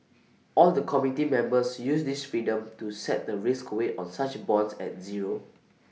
all the committee members use this freedom to set the risk weight on such bonds at zero